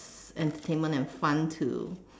entertainment and fun to